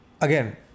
again